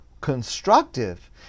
constructive